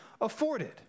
afforded